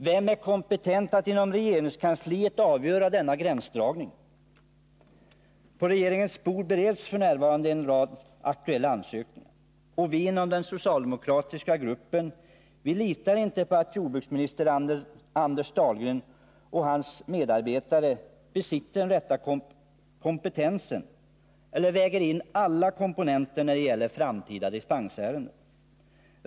Vem inom regeringskansliet är kompetent att avgöra denna gränsdragning? Inom regeringen bereds f. n. en rad aktuella ansökningar. Vi inom den socialdemokratiska gruppen litar inte på att jordbruksminister Anders Dahlgren och hans medarbetare besitter den rätta kompetensen eller väger in alla komponenter när det gäller framtida dispensärenden.